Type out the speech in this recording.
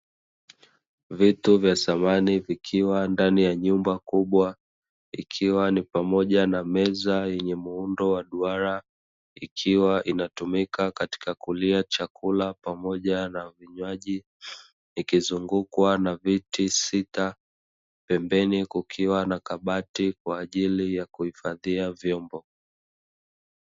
Vitu vya samani vikiwa ndani ya nyumba kubwa, ikiwa ni pamoja na meza yenye muundo wa duara ikiwa inatumika katika kulia chakula pamoja na vinywaji ikizungukwa na viti sita, pembeni kukiwa na kabati kwa ajili ya kuhifadhia vyombo.